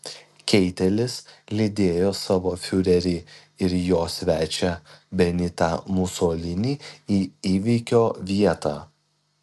keitelis lydėjo savo fiurerį ir jo svečią benitą musolinį į įvykio vietą